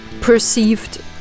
perceived